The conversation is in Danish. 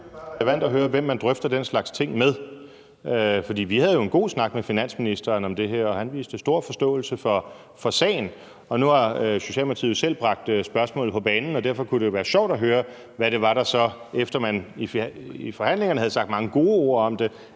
relevant at høre, hvem man drøfter den slags ting med. For vi havde jo en god snak med finansministeren om det her, og han viste stor forståelse for sagen. Nu har Socialdemokratiet jo selv bragt spørgsmålet på banen, og derfor kunne det være sjovt at høre, hvad det var, der så gjorde, at man, efter at man i forhandlingerne havde sagt mange gode ord om det,